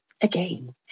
Again